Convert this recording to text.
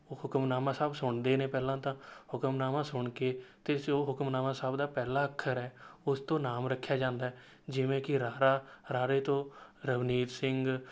ਉਹ ਹੁਕਮਨਾਮਾ ਸਾਹਿਬ ਸੁਣਦੇ ਨੇ ਪਹਿਲਾਂ ਤਾਂ ਹੁਕਮਨਾਮਾ ਸੁਣ ਕੇ ਅਤੇ ਜੋ ਹੁਕਮਨਾਮਾ ਸਾਹਿਬ ਦਾ ਪਹਿਲਾ ਅੱਖਰ ਹੈ ਉਸ ਤੋਂ ਨਾਮ ਰੱਖਿਆ ਜਾਂਦਾ ਹੈ ਜਿਵੇਂ ਕਿ ਰਾਰਾ ਰਾਰੇ ਤੋਂ ਰਵਨੀਤ ਸਿੰਘ